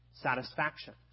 satisfaction